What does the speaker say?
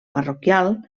parroquial